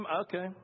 okay